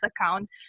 account